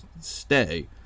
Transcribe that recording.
stay